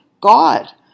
God